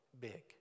big